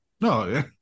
no